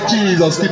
Jesus